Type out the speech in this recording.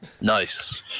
Nice